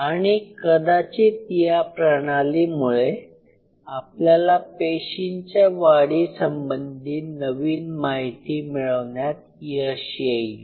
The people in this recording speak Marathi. आणि कदाचित या प्रणालीमुळे आपल्याला पेशींच्या वाढीसंबंधी नवीन माहिती मिळवण्यात यश येईल